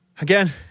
again